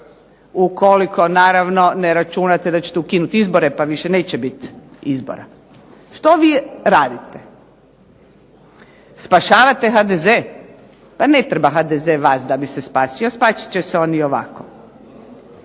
ukoliko naravno ne računate da ćete ukinuti izbore pa više neće biti izbora. Što vi radite? Spašavate HDZ? Pa ne treba HDZ vas da bi se spasio, spasit će se on i ovako.